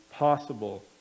possible